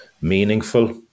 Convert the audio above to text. meaningful